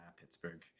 Pittsburgh